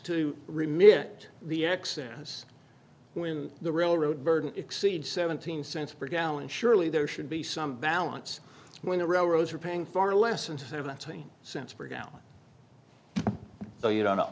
remit the excess when the railroad burden exceeds seventeen cents per gallon surely there should be some balance when the railroads are paying far less than seventeen cents per gallon so you don't know